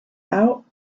out